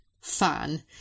fan